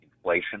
inflation